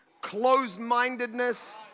closed-mindedness